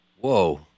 Whoa